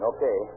Okay